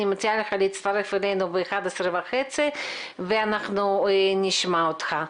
אני מציעה לך להצטרף אלינו ב-11:30 ואנחנו נשמע אותך.